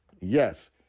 Yes